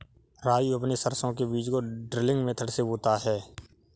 राजू अपने सरसों के बीज को ड्रिलिंग मेथड से बोता है